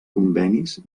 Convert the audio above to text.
convenis